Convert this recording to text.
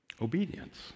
obedience